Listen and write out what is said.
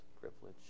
privilege